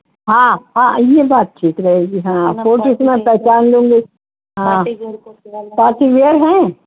ہاں ہاں یہ یہ بات ٹھیک رہے گی ہاں فوٹو سے پہچان لوں گے ہاں پارٹی ویئر ہیں